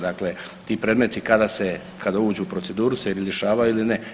Dakle, ti predmeti kada se, kada uđu u proceduru se ili rješavaju ili ne.